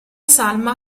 salma